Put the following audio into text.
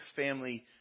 family